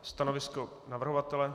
Stanovisko navrhovatele?